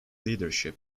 leadership